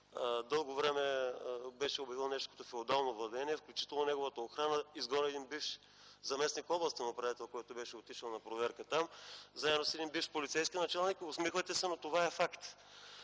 дълго време го беше обявил като феодално владение. Неговата охрана изгони един бивш заместник-областен управител, който беше отишъл на проверка там, заедно с един бивш полицейски началник. Усмихвате се, но това е факт.